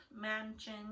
Mansion